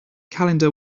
calendar